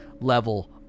level